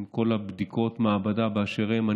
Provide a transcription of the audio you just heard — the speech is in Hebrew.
עם כל בדיקות המעבדה באשר הן.